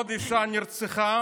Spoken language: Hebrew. עוד אישה נרצחה,